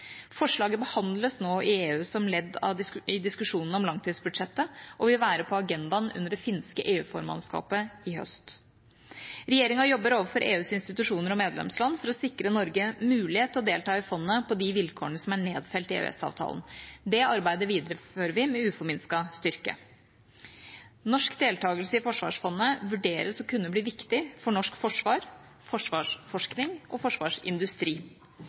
Forslaget behandles nå i EU som ledd i diskusjonene om langtidsbudsjettet og vil være på agendaen under det finske EU-formannskapet i høst. Regjeringa jobber overfor EUs institusjoner og medlemsland for å sikre Norge mulighet til å delta i fondet på de vilkårene som er nedfelt i EØS-avtalen. Det arbeidet viderefører vi med uforminsket styrke. Norsk deltakelse i forsvarsfondet vurderes å kunne bli viktig for norsk forsvar, forsvarsforskning og forsvarsindustri.